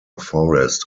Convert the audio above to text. forest